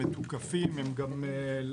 אנחנו הוספנו המון קורסים וההמתנה התקצרה כמעט בחצי.